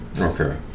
Okay